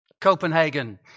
Copenhagen